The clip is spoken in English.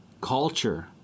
culture